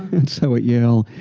and so at yale,